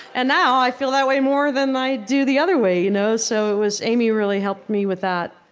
and now i feel that way more than i do the other way. you know so it was amy who really helped me with that,